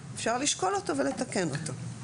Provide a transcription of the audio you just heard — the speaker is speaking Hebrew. אפשר לשקול אותו ולתקן אותו.